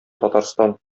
татарстан